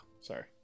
sorry